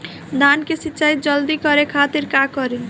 धान के सिंचाई जल्दी करे खातिर का करी?